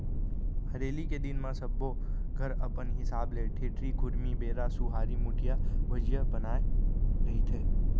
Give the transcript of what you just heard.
हरेली के दिन म सब्बो घर अपन हिसाब ले ठेठरी, खुरमी, बेरा, सुहारी, मुठिया, भजिया बनाए रहिथे